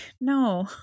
no